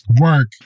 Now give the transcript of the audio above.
Work